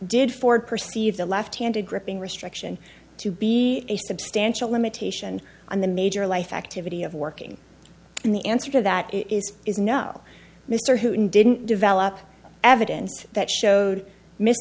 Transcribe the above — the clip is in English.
did ford perceive the lefthanded gripping restriction to be a substantial limitation on the major life activity of working and the answer to that is is no mr hoon didn't develop evidence that showed m